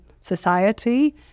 society